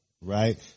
right